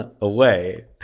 away